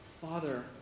Father